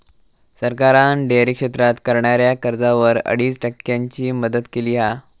सरकारान डेअरी क्षेत्रात करणाऱ्याक कर्जावर अडीच टक्क्यांची मदत केली हा